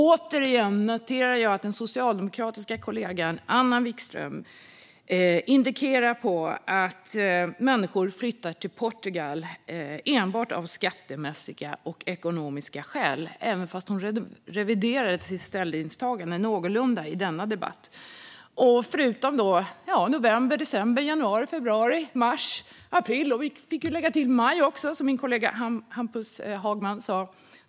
Återigen noterar jag att den socialdemokratiska kollegan Anna Vikström indikerar att människor flyttar till Portugal enbart av skattemässiga och ekonomiska skäl, även om hon reviderade sitt ställningstagande något i denna debatt. Jag tänker på november, december, januari, februari, mars, april - och så får vi lägga till maj, som min kollega Hampus Hagman sa.